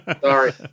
Sorry